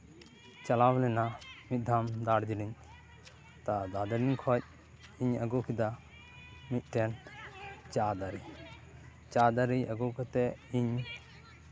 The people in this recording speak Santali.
ᱪᱟᱞᱟᱣ ᱞᱮᱱᱟ ᱢᱤᱫ ᱫᱷᱟᱣ ᱫᱟᱨᱡᱤᱞᱤᱝ ᱫᱟᱨᱡᱤᱞᱤᱝ ᱠᱷᱚᱱ ᱤᱧ ᱟᱹᱜᱩ ᱠᱮᱫᱟ ᱢᱤᱫᱴᱟᱱ ᱪᱟ ᱫᱟᱨᱮ ᱪᱟ ᱫᱟᱨᱮ ᱟᱹᱜᱩ ᱠᱟᱛᱮᱫ ᱤᱧ